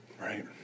Right